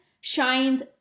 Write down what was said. shines